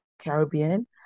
Caribbean